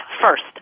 first